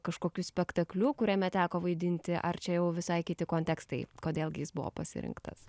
kažkokiu spektakliu kuriame teko vaidinti ar čia jau visai kiti kontekstai kodėl gi jis buvo pasirinktas